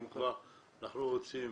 אם כבר אנחנו רוצים